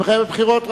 המחייבת בחירות.